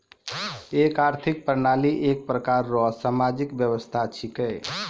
एक आर्थिक प्रणाली एक प्रकार रो सामाजिक व्यवस्था छिकै